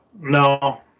No